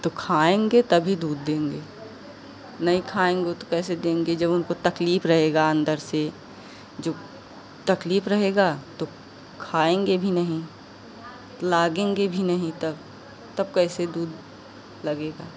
तो खाएँगे तभी दूध देंगे नहीं खाएँगे तो कैसे देंगे जब उनको तकलीफ रहेगा अंदर से जो तकलीफ रहेगा तो खाएँगे भी नहीं लागेंगे भी नहीं तब तब कैसे दूध लगेगा